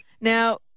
Now